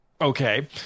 Okay